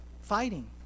fighting